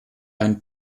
einen